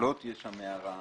יש הערה.